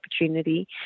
opportunity